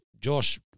Josh